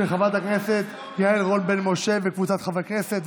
של חברת הכנסת יעל רון בן משה וקבוצת חברי כנסת.